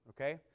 okay